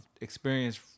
experience